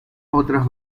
otras